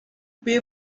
pay